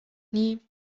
nie